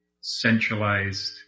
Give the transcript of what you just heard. centralized